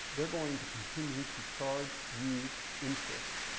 they're going to continue to charge you interest.